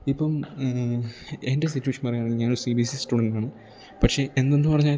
ഇപ്പം എൻറ്റെ സിറ്റ്വേഷൻ പറയുകയാണെങ്കിൽ ഞാനൊരു സീ ബി എസ് സി സ്റ്റുഡൻറ്റാണ് പക്ഷേ എന്തെന്നു പറഞ്ഞാലും